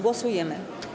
Głosujemy.